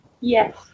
Yes